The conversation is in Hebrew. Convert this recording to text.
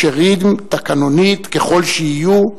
כשרים תקנונית ככל שיהיו,